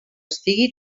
estiga